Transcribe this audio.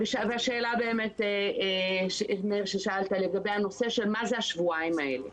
והשאלה ששאל מאיר, מה זה השבועיים האלה